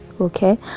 okay